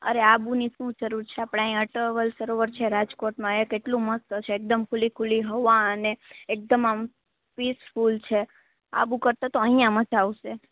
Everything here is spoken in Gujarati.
અરે આબુની શું જરૂર છે આપણે અહિયાં અટવલ સરોવર છે રાજકોટમાં એ કેટલું મસ્ત છે એક દમ ખુલ્લી ખુલ્લી હવા અને એક દમ આમ પીસ ફૂલ છે આબુ કરતાં તો અઈયા મજા આવસે